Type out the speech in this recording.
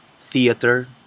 theater